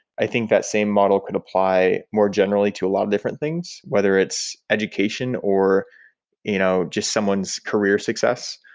i think that same model could apply more generally to a lot of different things, whether it's education, or you know just someone's career success.